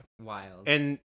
wild—and